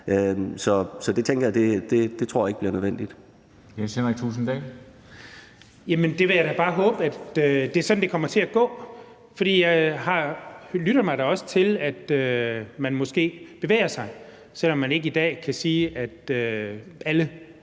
opgave over. Så det tror jeg ikke bliver nødvendigt.